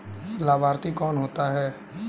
लाभार्थी कौन होता है?